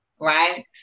right